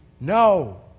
No